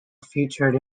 featured